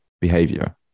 behavior